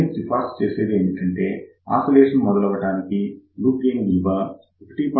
నేను సిఫార్సు చేసేది ఏమిటంటే ఆసిలేషన్ మొదలవటానికి లూప్ గెయిన్ విలువ 1